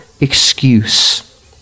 excuse